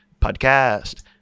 podcast